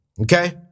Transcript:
okay